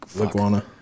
Iguana